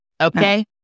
Okay